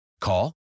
Call